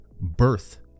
birth